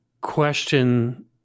question